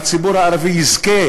והציבור הערבי יזכה